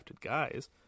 guys